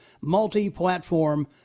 multi-platform